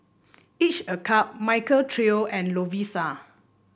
each a cup Michael Trio and Lovisa